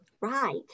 right